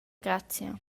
grazia